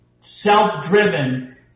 self-driven